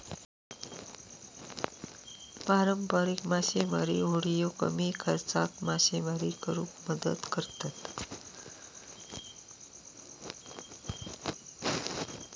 पारंपारिक मासेमारी होडिये कमी खर्चात मासेमारी करुक मदत करतत